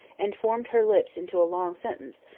and formed her lips into a long sentence,